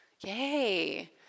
Yay